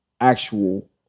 actual